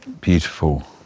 beautiful